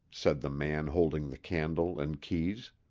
said the man holding the candle and keys,